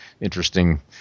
interesting